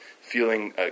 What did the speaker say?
feeling